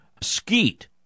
skeet